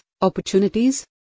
opportunities